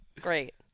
Great